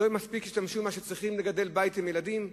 לא מספיק ישתמשו במה שצריכים כדי לגדל בית עם ילדים?